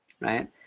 Right